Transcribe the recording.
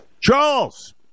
Charles